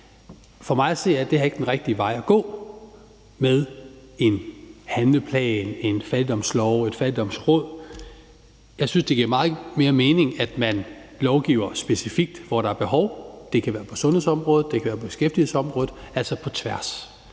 For mig at se er det ikke den rigtige vej at gå med en handleplan, en fattigdomslov eller et fattigdomsråd. Jeg synes, at det giver meget mere mening, at man lovgiver specifikt, hvor der er behov. Det kan være på sundhedsområdet, eller det kan være på beskæftigelsesområdet – altså på tværs.